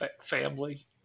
Family